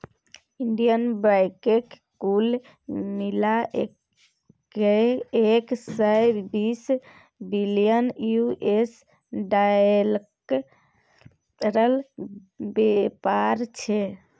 Indian बैंकक कुल मिला कए एक सय बीस बिलियन यु.एस डालरक बेपार छै